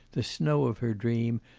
the snow of her dream,